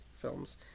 films